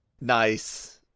Nice